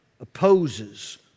opposes